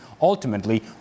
ultimately